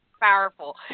powerful